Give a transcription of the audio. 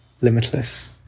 limitless